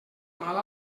mal